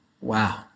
Wow